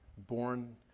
born